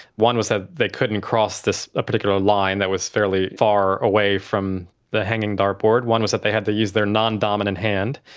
one was that they couldn't cross this ah particular line that was fairly far away from the hanging dart board. one was that they had to use their non-dominant hand.